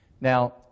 Now